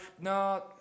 no